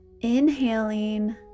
inhaling